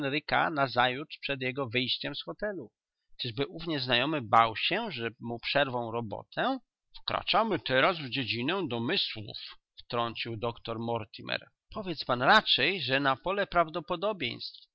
nazajutrz przed jego wyjściem z hotelu czyżby ów nieznajomy bał się że mu przerwą robotę wkraczamy teraz w dziedzinę domysłów wtrącił doktor mortimer powiedz pan raczej że na pole prawdopodobieństw